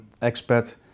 expat